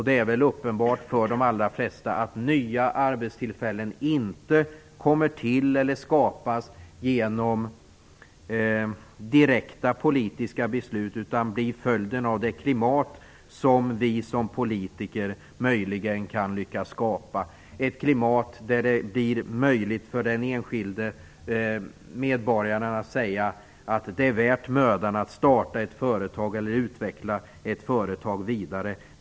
Det är väl uppenbart för de allra flesta att nya arbetstillfällen inte skapas genom direkta politiska beslut utan blir följden av det klimat som vi som politiker möjligen kan lyckas skapa, ett klimat som gör det möjligt för den enskilde medborgaren att säga att det är värt mödan att starta ett företag eller utveckla ett företag vidare.